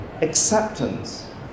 acceptance